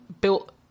built